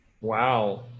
Wow